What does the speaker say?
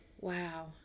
wow